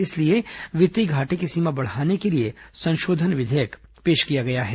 इसलिए वित्तीय घाटे की सीमा बढ़ाने के लिए संशोधन विधेयक पेश किया गया है